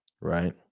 right